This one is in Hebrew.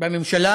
בממשלה